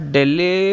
Delhi